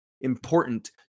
important